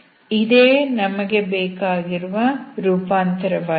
ಇದೇ ನಮಗೆ ಬೇಕಾದ ರೂಪಾಂತರವಾಗಿದೆ